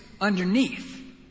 underneath